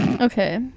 okay